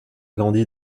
grandi